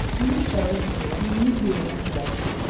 legal issues and media interest